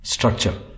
Structure